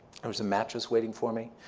there was a mattress waiting for me.